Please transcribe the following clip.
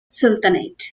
sultanate